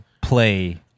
play